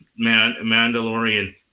Mandalorian